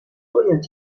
باید